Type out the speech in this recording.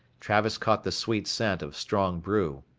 travis caught the sweet scent of strong brew.